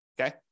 okay